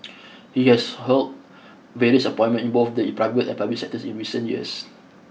he has held various appointments in both the private and public sectors in recent years